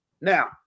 Now